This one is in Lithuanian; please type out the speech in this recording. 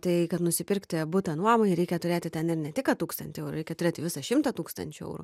tai kad nusipirkti butą nuomai reikia turėti ten ne tik kad tūkstantį o reikia turėt visą šimtą tūkstančių eurų